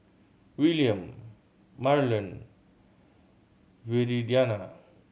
Wiliam Marlen Viridiana